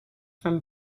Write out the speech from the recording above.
from